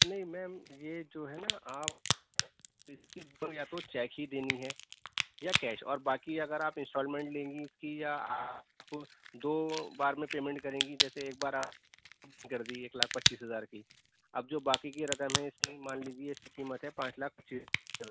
نہیں میم یہ جو ہے نا آپ اس کی یا تو چیک ہی دینی ہے یا کیش اور باقی اگر آپ انسٹالمینٹ لیں گی اس کی یا آپ کو دو بار میں پیمینٹ کریں گی جیسے ایک بار آپ نے کر دی ایک لاکھ پچیس ہزار کی اب جو باقی کی رقم ہے اس کی مان لیجیے اس کی قیمت کے پانچ لاکھ پچیس ہزار روپے